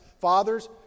fathers